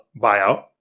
buyout